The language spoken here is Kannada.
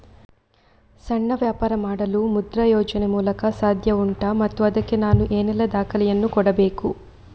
ಸಣ್ಣ ವ್ಯಾಪಾರ ಮಾಡಲು ಮುದ್ರಾ ಯೋಜನೆ ಮೂಲಕ ಸಾಧ್ಯ ಉಂಟಾ ಮತ್ತು ಅದಕ್ಕೆ ನಾನು ಏನೆಲ್ಲ ದಾಖಲೆ ಯನ್ನು ಕೊಡಬೇಕು?